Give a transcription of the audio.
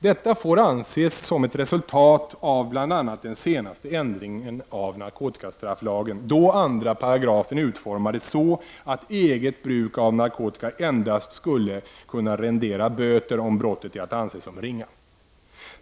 Detta får ses som ett resultat av bl.a. den senaste ändringen av narkotikastrafflagen, då 2§ utformades så, att eget bruk av narkotika endast skulle kunna rendera böter om brottet är att anse som ringa.